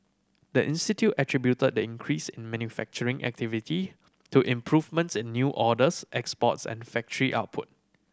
the institute attributed the increase in manufacturing activity to improvements in new orders exports and factory output